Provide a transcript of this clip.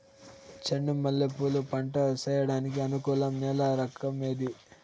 చెండు మల్లె పూలు పంట సేయడానికి అనుకూలం నేల రకం ఏది